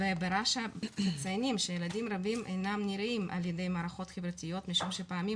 ברש"א מציינים שילדים רבים אינם נראים ע"י מערכות חברתיות משום שפעמים